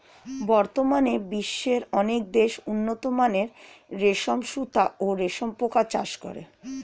বর্তমানে বিশ্বের অনেক দেশ উন্নতমানের রেশম সুতা ও রেশম পোকার চাষ করে